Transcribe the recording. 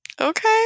Okay